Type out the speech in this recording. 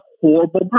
horrible